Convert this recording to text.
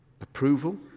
approval